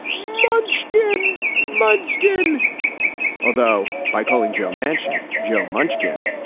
munchkin, munchkin although by calling joe manchin joe munchkin,